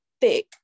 thick